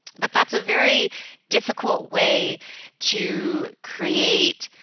but that's a very difficult way to create,